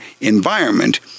environment